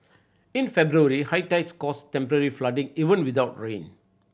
in February high tides caused temporary flooding even without rain